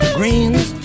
greens